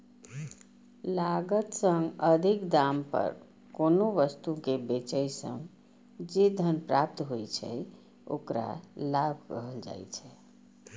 लागत सं अधिक दाम पर कोनो वस्तु कें बेचय सं जे धन प्राप्त होइ छै, ओकरा लाभ कहल जाइ छै